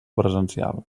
presencial